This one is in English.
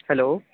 hello